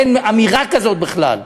אין אמירה כזאת בכלל.